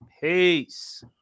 Peace